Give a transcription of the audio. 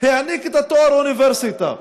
העניק את התואר אוניברסיטה.